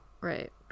right